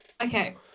Okay